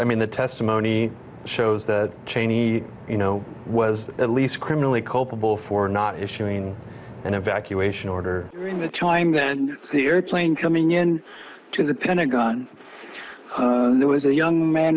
i mean the testimony shows that cheney you know was at least criminally culpable for not issuing an evacuation order in which i am then the airplane coming in to the pentagon there was a young man